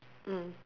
mm